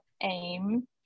aim